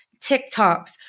TikToks